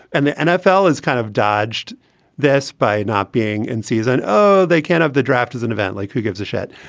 and the nfl has kind of dodged this by not being in season zero. they can't have the draft as an event like who gives a shit.